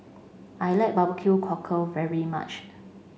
I like barbecue cockle very much